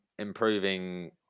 improving